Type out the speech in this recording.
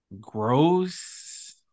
gross